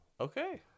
Okay